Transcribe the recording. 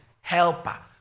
helper